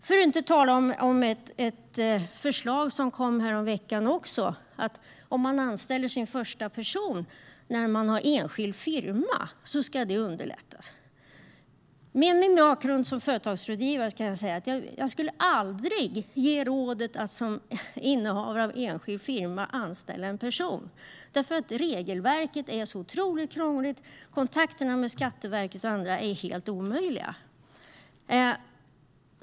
Ett annat förslag kom häromveckan om att underlätta att anställa sin första person i en enskild firma. Med min bakgrund som företagsrådgivare kan jag säga att jag aldrig skulle ge rådet till en innehavare av enskild firma att anställa en person, eftersom regelverket är så otroligt snårigt och kontakterna med Skatteverket och andra är helt omöjliga.